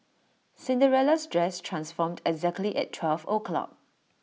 Cinderella's dress transformed exactly at twelve o'clock